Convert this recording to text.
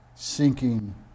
Sinking